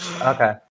Okay